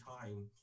time